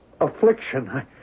affliction